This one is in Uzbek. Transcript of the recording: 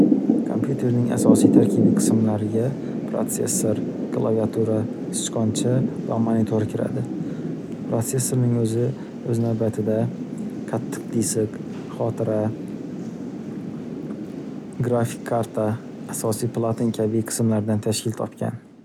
Kompyuterning asosiy tarkibiy qismlariga protsessor, klaviatura ,sichqoncha va monitor kiradi. Protsessorning o‘zi o‘z navbatida qattiq disk ,xotira, grafik karta asosiy platin kabi qismlardan tashkil topgan.